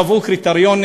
קבעו קריטריונים